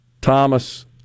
Thomas